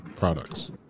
Products